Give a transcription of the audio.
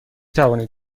توانید